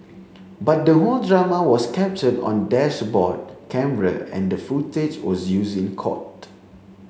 but the whole drama was captured on dashboard camera and the footage was used in court